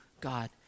God